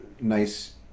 nice